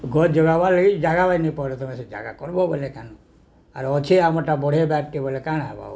ଗୋର୍ ଜଗବାର୍ ଲାଗି ଜାଗା ବନି ପଡ଼ିବ ତୁମେ ସେ ଜାଗା କରବ ବୋଲେ କାଣୁ ଆର ଅଛି ଆମରଟା ବଢ଼େଇ ବାରଟି ବଲେ କାଣା ହେବ ଆଉ